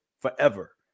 forever